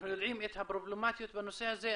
אנחנו יודעים את הפרובלמטיות בנושא הזה,